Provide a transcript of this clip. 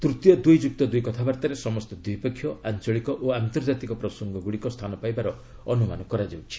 ତୃତୀୟ ଦୁଇ ଯୁକ୍ତ ଦୁଇ କଥାବାର୍ତ୍ତାରେ ସମସ୍ତ ଦ୍ୱିପକ୍ଷୀୟ ଆଞ୍ଚଳିକ ଓ ଆନ୍ତର୍ଜାତିକ ପ୍ରସଙ୍ଗଗୁଡ଼ିକ ସ୍ଥାନ ପାଇବାର ଅନୁମାନ କରାଯାଉଛି